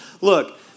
look